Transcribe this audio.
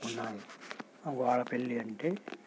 ఉన్నాయి వాడపల్లి అంటే